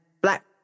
black